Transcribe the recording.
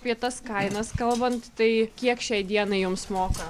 apie tas kainas kalbant tai kiek šiai dienai jums moka